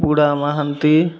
ପୁଡ଼ା Mohanty